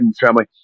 family